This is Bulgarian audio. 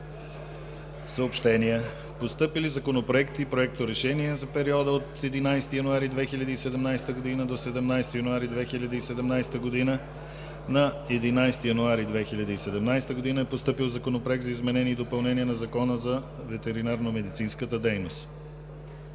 Съобщения. Постъпили законопроекти и проекторешения за периода от 11 януари до 17 януари 2017 г.: На 11 януари 2017 г. е постъпил Законопроект за изменение и допълнение на Закона за ветеринарномедицинската дейност.